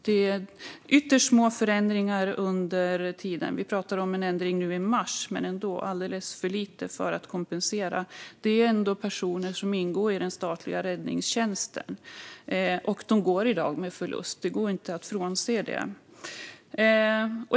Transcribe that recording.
Det har alltså gjorts mycket små förändringar; vi pratar om en ändring nu i mars, men det är alldeles för lite för att kompensera. Det handlar ändå om personer som ingår i den statliga räddningstjänsten, och de går i dag med förlust. Det går inte att bortse från det.